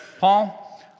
Paul